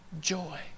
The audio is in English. Joy